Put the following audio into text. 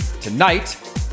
tonight